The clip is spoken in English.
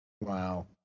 wow